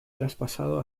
traspasado